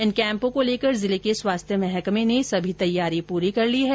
इन कैम्पों को लेकर जिले के स्वास्थ्य महकमे ने सभी तैयारी पूरी कर ली है